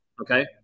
okay